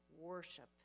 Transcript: worship